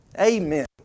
Amen